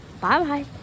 Bye-bye